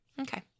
Okay